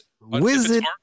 Wizard